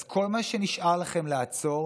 אז כל מה שנשאר לכם לעצור